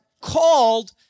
called